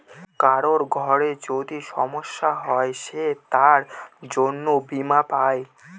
কারোর ঘরে যদি সমস্যা হয় সে তার জন্য বীমা পাই